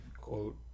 Quote